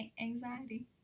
anxiety